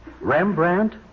Rembrandt